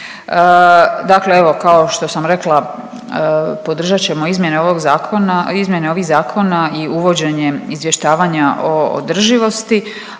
Dakle, evo kao što sam rekla podržat ćemo izmjene ovog zakona, izmjene ovih zakona i uvođenje izvještavanja o održivosti